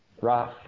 rough